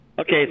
Okay